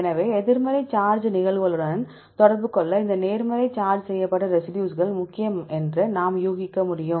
எனவே எதிர்மறை சார்ஜ் நிகழ்வுகளுடன் தொடர்பு கொள்ள இந்த நேர்மறை சார்ஜ் செய்யப்பட்ட ரெசிடியூஸ்கள் முக்கியம் என்று நாம் யூகிக்க முடியும்